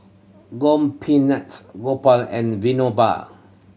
Gopinath Gopal and Vinoba